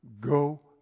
Go